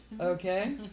Okay